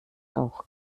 auch